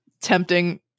tempting